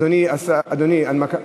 אדוני, הנמקה